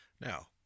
Now